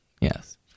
yes